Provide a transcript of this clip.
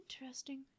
Interesting